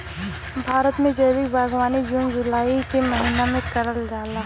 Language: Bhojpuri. भारत में जैविक बागवानी जून जुलाई के महिना में करल जाला